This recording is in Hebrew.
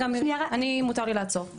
אני מותר לי לעצור,